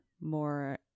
more